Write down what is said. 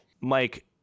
Mike